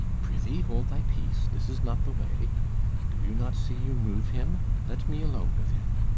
prithee, hold thy peace this is not the way do you not see you move him? let me alone with him.